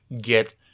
get